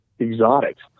exotics